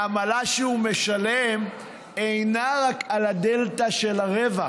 העמלה שהוא משלם אינה רק על הדלתא של הרווח,